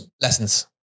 lessons